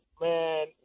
man